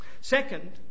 Second